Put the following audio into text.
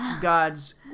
God's